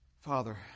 Father